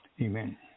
Amen